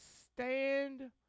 stand